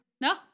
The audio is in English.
No